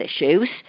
issues